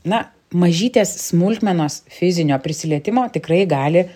na mažytės smulkmenos fizinio prisilietimo tikrai gali